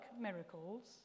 miracles